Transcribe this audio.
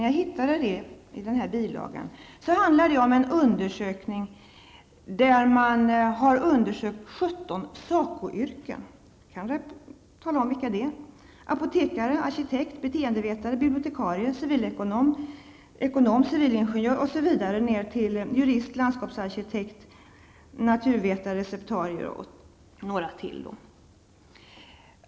Jag hittade nämligen citatet i bilagan, och det handlar om en undersökning av 17 Sacoyrken. Det gäller t.ex. apotekare, arkitekter, beteendevetare, bibliotekarie, civilekonomer, civilingenjörer, jurister, landskapsarkitekter, naturvetare och receptarier.